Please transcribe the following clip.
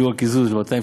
האלה,